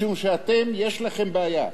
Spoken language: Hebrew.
משום שאתם, יש לכם בעיה.